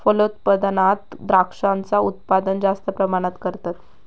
फलोत्पादनात द्रांक्षांचा उत्पादन जास्त प्रमाणात करतत